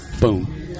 boom